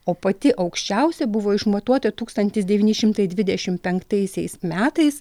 o pati aukščiausia buvo išmatuota tūkstantis devyni šimtai dvidešim penktaisiais metais